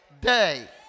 day